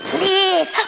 Please